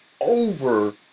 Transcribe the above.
over